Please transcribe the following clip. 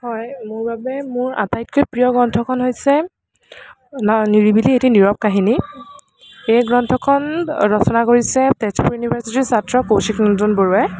হয় মোৰ বাবে মোৰ আটাইতকৈ প্ৰিয় গ্ৰন্থখন হৈছে নিৰিৱিলি এটি নীৰৱ কাহিনী এই গ্ৰন্থখন ৰচনা কৰিছে তেজপুৰ ইউনিভাৰ্চিটিৰ ছাত্ৰ কৌশিক নন্দন বৰুৱাই